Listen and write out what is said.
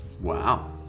Wow